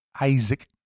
Isaac